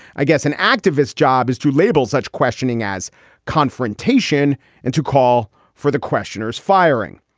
i guess an activist job is to label such questioning as confrontation and to call for the questioners firing.